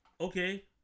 Okay